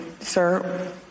sir